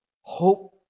hope